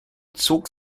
zog